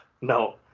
No